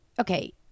okay